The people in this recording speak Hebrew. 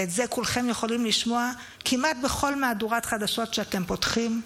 ואת זה כולכם יכולים לשמוע כמעט בכל מהדורת חדשות שאתם פותחים,